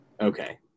Okay